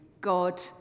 god